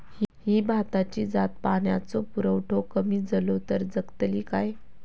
ही भाताची जात पाण्याचो पुरवठो कमी जलो तर जगतली काय?